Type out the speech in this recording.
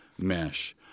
mesh